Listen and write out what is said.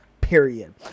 period